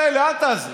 מילא, אל תעזרו,